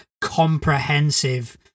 comprehensive